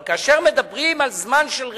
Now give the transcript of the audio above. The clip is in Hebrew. אבל כאשר מדברים על זמן של רגיעה,